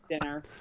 dinner